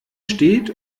steht